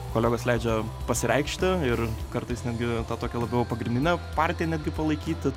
kolegos leidžia pasireikšti ir kartais netgi tą tokią labiau pagrindinę partiją netgi palaikyti